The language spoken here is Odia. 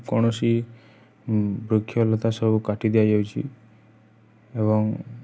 କୌଣସି ବୃକ୍ଷଲତା ସବୁ କାଟି ଦିଆଯାଉଛି ଏବଂ